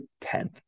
10th